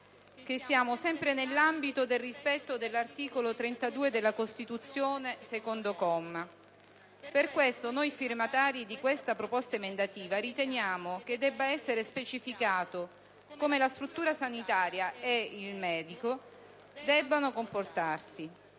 siamo sempre nell'ambito del rispetto del secondo comma dell'articolo 32 della Costituzione. Per questo, noi firmatari di questa proposta emendativa riteniamo che debba essere specificato come la struttura sanitaria e il medico debbano comportarsi.